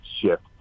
shift